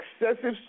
excessive